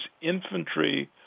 infantry